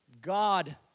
God